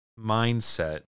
mindset